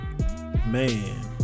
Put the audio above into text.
man